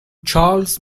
چارلز